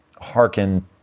hearken